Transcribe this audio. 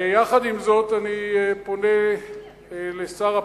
עם זאת, אני פונה לשר הפנים,